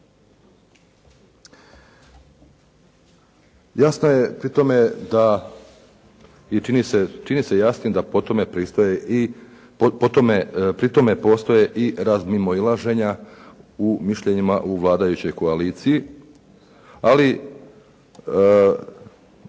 Jasno je pri tome da i čini se jasnim da po tome pristaje, po tome, pri tome postoje i razmimoilaženja u mišljenjima u vladajućoj koaliciji. Ali